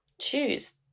choose